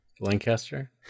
Lancaster